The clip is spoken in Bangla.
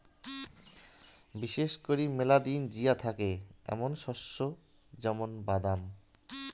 বিশেষ করি মেলা দিন জিয়া থাকি এ্যামুন শস্য য্যামুন বাদাম